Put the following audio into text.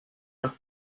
las